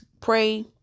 pray